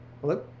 Hello